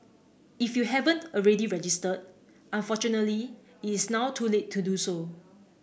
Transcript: if you haven't already registered unfortunately it is now too late to do so